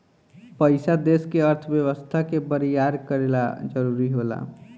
पइसा देश के अर्थव्यवस्था के बरियार करे ला जरुरी होला